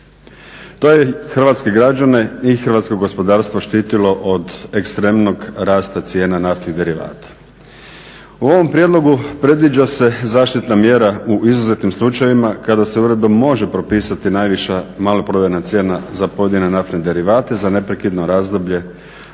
To je hrvatske građane i hrvatsko gospodarstvo štitilo od ekstremnog rasta cijena naftnih derivata. U ovom prijedlogu predviđa se zaštitna mjera u izuzetnim slučajevima kada se uredba može propisati najviša maloprodajna cijena za pojedine naftne derivate, za neprekidno razdoblje